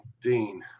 Dean